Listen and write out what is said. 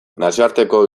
nazioarteko